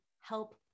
help